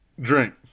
Drink